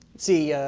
see,